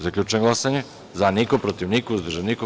Zaključujem glasanje: za – niko, protiv – niko, uzdržanih – nema.